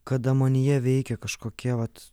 kada manyje veikia kažkokie vat